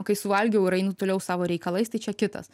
o kai suvalgiau ir einu toliau savo reikalais tai čia kitas